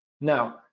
Now